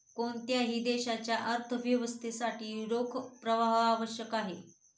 कोणत्याही देशाच्या अर्थव्यवस्थेसाठी रोख प्रवाह आवश्यक आहे